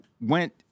went